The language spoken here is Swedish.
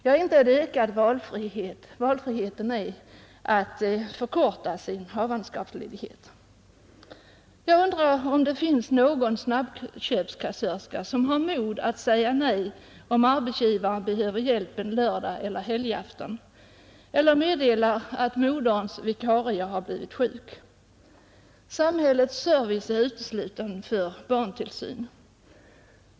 Ja, inte är det ökad valfrihet annat än i den meningen att modern har valfrihet att förkorta sin havandeskapsledighet. Jag undrar om det finns någon mor som är snabbköpskassörska och som har mod att säga nej, om arbetsgivaren behöver hjälp en lördag eller helgdagsafton eller meddelar att moderns vikarie har blivit sjuk. Samhällets service är utesluten för barntillsyn.